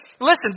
Listen